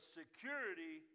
security